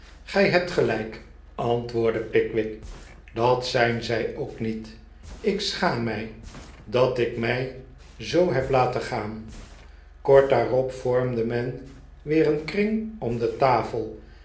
gij hebt gelijk antwoordde pickwick dat zijn zij ook niet ik schaam mij dat ik mij zoo heb laten gaan kort daarop vormde men weer een kring om de tafel